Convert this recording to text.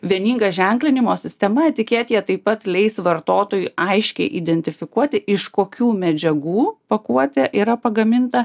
vieninga ženklinimo sistema etiketėje taip pat leis vartotojui aiškiai identifikuoti iš kokių medžiagų pakuotė yra pagaminta